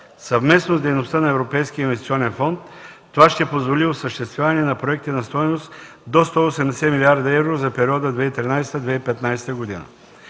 Съвместно с дейността на Европейския инвестиционен фонд това ще позволи осъществяване на проекти на стойност до 180 млрд. евро за периода 2013 – 2015 г.